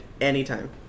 anytime